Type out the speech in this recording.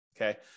okay